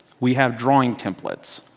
we have drawing templates.